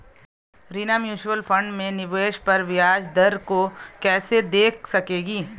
Reena mutual fund में निवेश पर ब्याज दर को कैसे देख सकेगी?